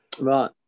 right